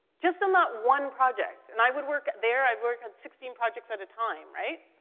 just on that one project. and i would work there i'd work on sixteen projects at a time, right?